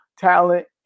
talent